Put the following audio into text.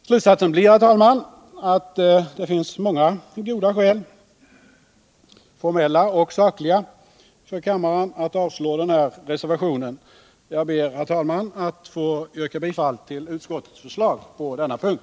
Slutsatsen blir, herr talman, att det finns många goda skäl, formella och sakliga, för kammaren att avslå den här reservationen. Jag ber att få yrka bifall till utskottets hemställan på denna punkt.